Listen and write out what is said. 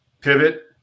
Pivot